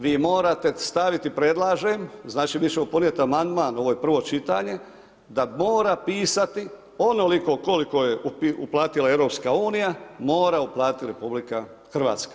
Vi morate staviti predlažem, znači mi ćemo ponijeti amandman, ovo je prvo čitanje da mora pisati onoliko koliko je uplatila EU, mora uplatiti RH.